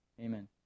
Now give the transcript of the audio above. Amen